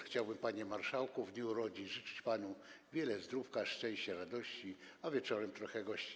Chciałbym, panie marszałku, w dniu urodzin życzyć panu wiele zdrówka, szczęścia, radości, a wieczorem trochę gości.